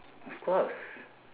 of course